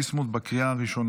אין מתנגדים.